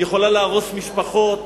זה יכול להרוס משפחות